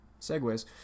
Segues